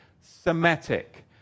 Semitic